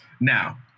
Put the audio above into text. Now